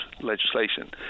legislation